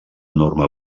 enorme